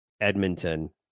Edmonton